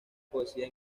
poesía